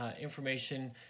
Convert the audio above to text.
information